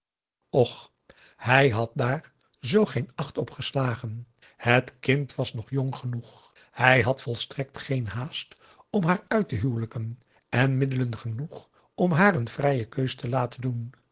och hij had daar zoo geen acht op geslagen het kind was nog jong genoeg hij had volstrekt geen haast om haar uit te huwelijken en middelen genoeg om haar een vrije keus te laten doen